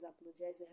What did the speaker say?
apologizing